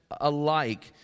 alike